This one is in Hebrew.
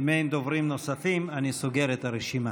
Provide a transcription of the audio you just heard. אם אין דוברים נוספים אני סוגר את הרשימה.